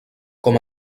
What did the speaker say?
com